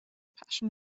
passion